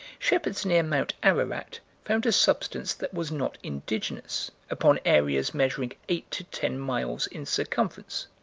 shepherds near mt. ararat, found a substance that was not indigenous, upon areas measuring eight to ten miles in circumference.